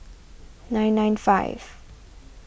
nine nine five